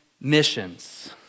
missions